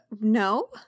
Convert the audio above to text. No